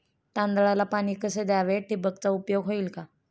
तांदळाला पाणी कसे द्यावे? ठिबकचा उपयोग होईल का?